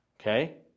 okay